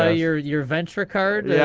ah your your venture card yeah